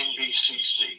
nbcc